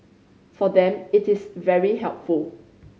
for them it is very helpful